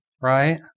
right